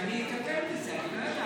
אני אטפל בזה.